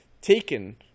taken